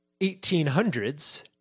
1800s